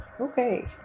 Okay